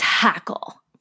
Tackle